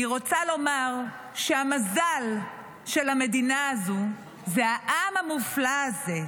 אני רוצה לומר שהמזל של המדינה הזאת זה העם המופלא הזה,